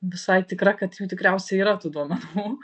visai tikra kad jų tikriausiai yra tų duomenų